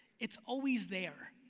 it's always there.